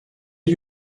are